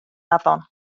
afon